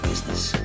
Business